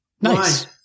Nice